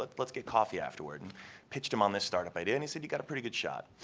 let's let's get coffee afterward. and pitched him on this startup idea. and he said you got a pretty good shot.